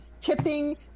tipping